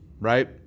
right